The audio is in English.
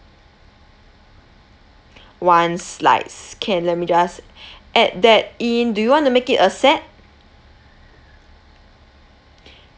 one slice can let me just add that in do you want to make it a set